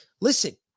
Listen